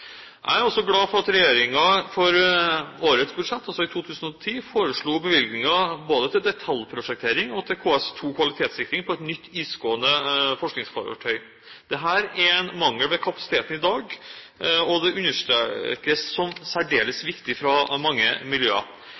Jeg er også glad for at regjeringen for årets budsjett, altså i 2010, foreslo bevilgninger både til detaljprosjektering og til KS2-kvalitetssikring på et nytt isgående forskningsfartøy. Dette er en mangel ved kapasiteten i dag, og dette understrekes som særdeles viktig fra mange miljøer.